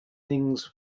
things